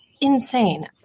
Insane